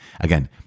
Again